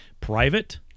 private